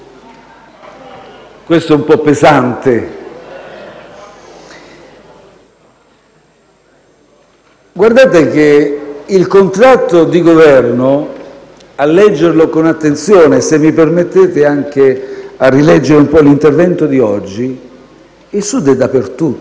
questo è un po' pesante. Guardate che nel contratto di Governo, a leggerlo con attenzione (e, se mi permettete, anche a rileggere un po' l'intervento di oggi), il Sud è dappertutto